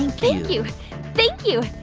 thank you thank you,